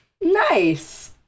Nice